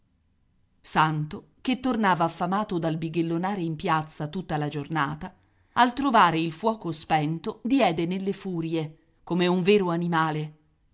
santo che tornava affamato dal bighellonare in piazza tutta la giornata al trovare il fuoco spento diede nelle furie come un vero animale